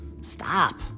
stop